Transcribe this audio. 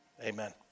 Amen